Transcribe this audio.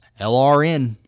LRN